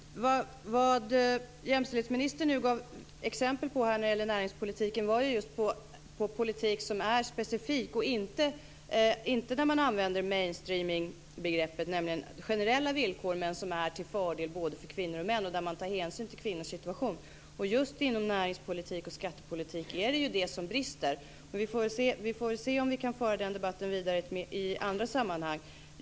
Fru talman! Vad jämställdhetsministern här gav exempel på när det gäller näringspolitiken var politik som är specifikt inriktad på kvinnor och inte politik där man tillämpar mainstreaming, dvs. generella villkor som är till fördel för både kvinnor och män, men där man tar hänsyn till kvinnors situation. I näringspolitiken och skattepolitiken är det just detta som brister. Vi får väl se om vi kan föra den debatten vidare i andra sammanhang.